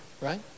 Right